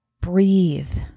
breathe